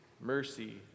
mercy